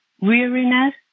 weariness